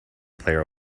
player